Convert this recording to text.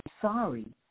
sorry